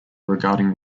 regarding